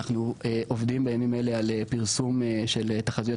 אז אנחנו עובדים בימים אלו על פרסום של תחזיות,